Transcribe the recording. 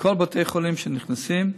בכל בתי החולים, כשנכנסים,